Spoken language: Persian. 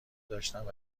داشتند